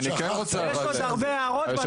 יש עוד הרבה הערות בנושא הזה.